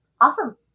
Awesome